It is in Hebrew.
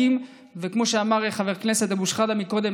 וכמו שאמר חבר הכנסת אבו שחאדה קודם,